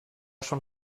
schon